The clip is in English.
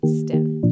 STEM